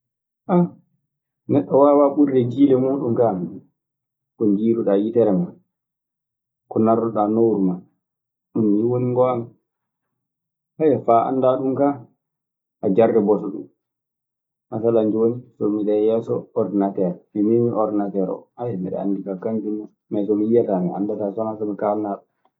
neɗɗo waawaa ɓurde jiiɗe mun kaa non. Ko njiiruɗaa yitere maa, ko nanruɗaa nowuru maa. Ɗun nii woni ngoonga. so a anndaa ɗun kaa, a jarliboto du. Masalan jooni so miɗe yeeso ordinateer, mi memii ordinateer oo, miɗe anndi kaa kannjun non, me so yiyataa mi anndataa so wanaa so mi kaalnaaɗo.